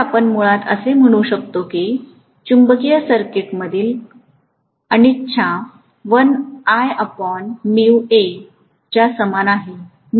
तर आपण मुळात असे म्हणू शकतो की चुंबकीय सर्किटमधील अनिच्छा च्या समान आहे